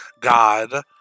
god